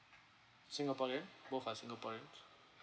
singaporean both are singaporeans